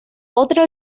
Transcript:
otra